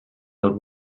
del